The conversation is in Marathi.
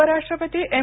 उपराष्ट्रपती एम